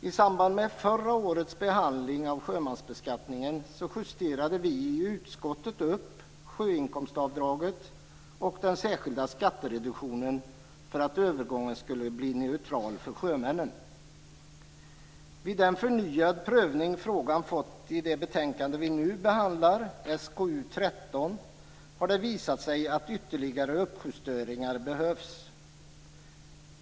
I samband med förra årets behandling av sjömansbeskattningen justerade vi i utskottet upp sjöinkomstavdraget och den särskilda skattereduktionen för att övergången skulle bli neutral för sjömännen. Vid den förnyade prövning frågan fått i samband med det betänkande som vi nu behandlar - 1997/98:SkU13 - har det visat det sig att ytterligare uppjusteringar behövs.